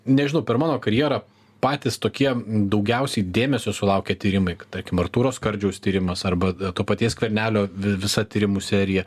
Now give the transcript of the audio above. nežinau per mano karjerą patys tokie daugiausiai dėmesio sulaukę tyrimai tarkim artūro skardžiaus tyrimas arba to paties skvernelio vi visa tyrimų serija